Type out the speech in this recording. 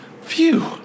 Phew